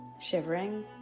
shivering